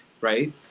right